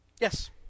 Yes